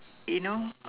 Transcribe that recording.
you know